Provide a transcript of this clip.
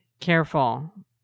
careful